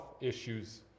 issues